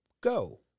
go